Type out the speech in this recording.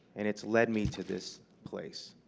and it's led me to this place.